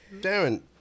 Darren